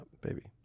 baby